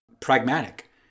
pragmatic